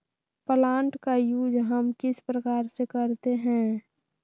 Plant का use हम किस प्रकार से करते हैं?